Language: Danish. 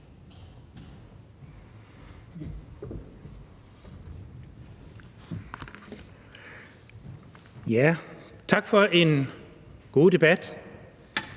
tak for en god debat